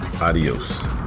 Adios